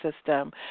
system